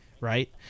right